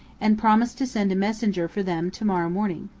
and promise to send a messenger for them to-morrow morning.